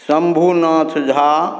Shambhunath Jha